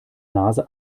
nase